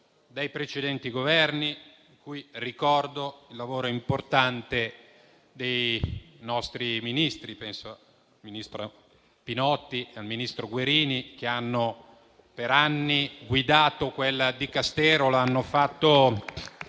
dai precedenti Governi. Ricordo il lavoro importante dei nostri Ministri; penso al ministro Pinotti e al ministro Guerini, che per anni hanno guidato quel Dicastero e lo hanno fatto